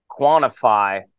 quantify